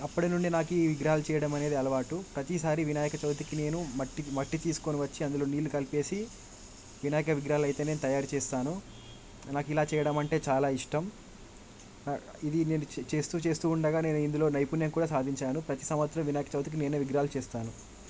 అప్పటి నుండే నాకు ఈ విగ్రహాలు చేయడం అనేది అలవాటు ప్రతీసారి వినాయక చవితికి నేను మట్టి మట్టి తీసుకొని వచ్చి అందులో నీళ్ళు కలిపేసి వినాయక విగ్రహాలయితే నేను తయారు చేస్తాను నాకు ఇలా చేయడం అంటే చాలా ఇష్టం ఇది నేను చేస్తూ చేస్తూ ఉండగా నేను ఇందులో నైపుణ్యం కూడా సాధించాను ప్రతీ సంవత్సరం వినాయక చవితికి నేనే విగ్రహాలు చేస్తాను